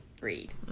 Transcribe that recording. read